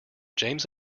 james